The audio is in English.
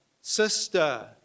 sister